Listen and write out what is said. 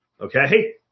Okay